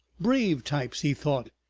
brave types, he thought,